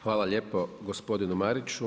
Hvala lijepo gospodinu Mariću.